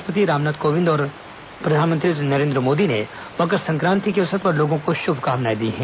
राष्ट्रपति रामनाथ कोविंद और प्रधानमंत्री नरेन्द्र मोदी ने मकर संक्रान्ति के अवसर पर लोगों को शुभकामनाएं दी हैं